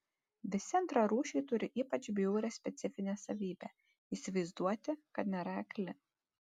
visi antrarūšiai turi ypač bjaurią specifinę savybę įsivaizduoti kad nėra akli